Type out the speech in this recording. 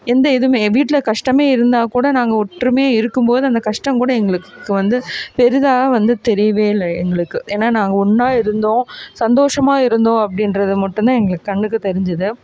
எந்த இதுவுமே எங்கள் வீட்டில் கஷ்டமே இருந்தால்கூட நாங்கள் ஒற்றுமையாக இருக்கும்போது அந்த கஷ்டம் கூட எங்களுக்கு வந்து பெரிதாக வந்து தெரியவே இல்லை எங்களுக்கு ஏன்னால் நாங்கள் ஒன்றா இருந்தோம் சந்தோஷமாக இருந்தோம் அப்படின்றது மட்டும்தான் எங்களுக்கு கண்ணுக்கு தெரிஞ்சுது